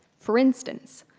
for instance,